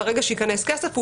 וברגע שייכנס כסף,